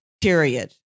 period